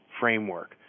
framework